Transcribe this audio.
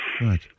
Right